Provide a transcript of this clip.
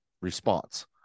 response